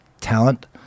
talent